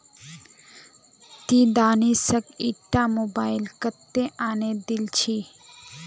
ती दानिशक ईटा मोबाइल कत्तेत आने दिल छि